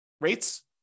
rates